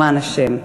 למען השם,